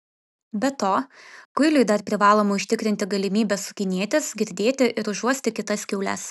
be to kuiliui dar privaloma užtikrinti galimybę sukinėtis girdėti ir užuosti kitas kiaules